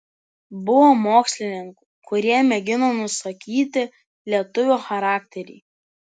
buvo mokslininkų kurie mėgino nusakyti lietuvio charakterį